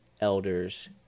elders